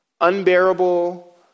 Unbearable